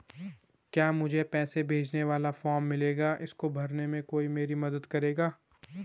क्या मुझे पैसे भेजने वाला फॉर्म मिलेगा इसको भरने में कोई मेरी मदद करेगा?